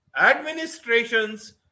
administrations